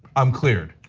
i'm cleared.